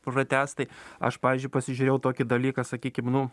pratęs tai aš pavyzdžiui pasižiūrėjau tokį dalyką sakykim nu